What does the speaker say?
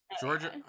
georgia